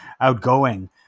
outgoing